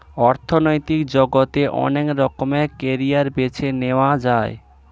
অর্থনৈতিক জগতে অনেক রকমের ক্যারিয়ার বেছে নেয়া যায়